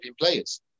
players